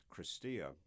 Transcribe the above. Christia